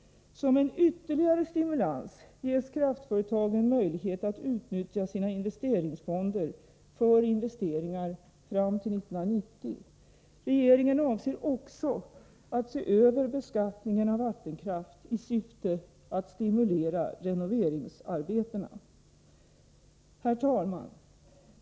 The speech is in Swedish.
Som en ytterligare stimulans ges kraftföretagen möjlighet att utnyttja sina investeringsfonder för investeringar fram till 1990. Regeringen avser också att se över beskattningen av vattenkraft i syfte att stimulera renoveringsarbeten. Herr talman!